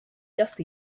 just